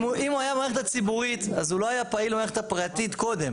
אם הוא היה במערכת הציבורית אז הוא לא היה פעיל במערכת הפרטית קודם.